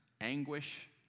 anguish